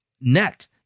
net